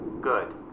Good